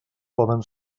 poden